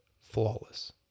flawless